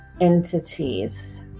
entities